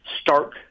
stark